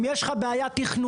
אם יש לך בעיה תכנונית,